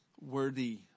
Worthy